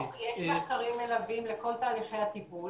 יש מחקרים מלווים לכל תהליכי הטיפול